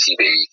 TV